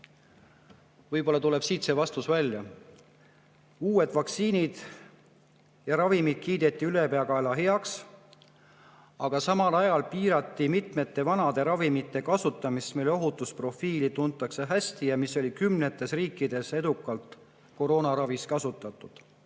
Võib-olla tuleb siit see vastus välja. Uued vaktsiinid ja ravimid kiideti ülepeakaela heaks, aga samal ajal piirati mitmete vanade ravimite kasutamist, kuigi nende ohutusprofiili tuntakse hästi ja neid oli kümnetes riikides edukalt koroonaravis kasutatud. Ma